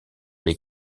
les